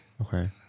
Okay